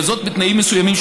וזאת בתנאים מסוימים,